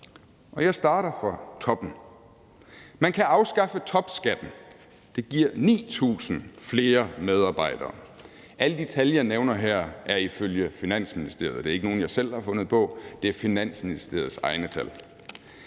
jeg starter fra toppen. Man kan afskaffe topskatten. Det giver 9.000 flere medarbejdere. Alle de tal, jeg nævner her, er ifølge Finansministeriet; det er ikke nogle, jeg selv har fundet på, men Finansministeriets egne tal.